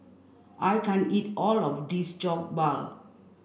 I can't eat all of this Jokbal